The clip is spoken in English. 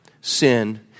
sin